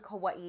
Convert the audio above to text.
Kauai